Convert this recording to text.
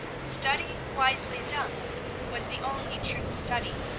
study wisely done was the only true study.